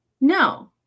no